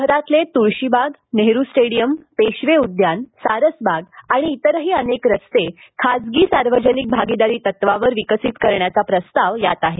शहरातले तुळशीबाग नेहरू स्टेडियम पेशवे उद्यान सारसबाग आणि इतरही अनेक रस्ते खासगी सार्वजनिक भागीदारी तत्वावर विकसित करण्याचा प्रस्ताव यात आहे